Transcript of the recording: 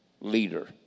leader